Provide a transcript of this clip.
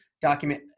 document